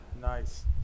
nice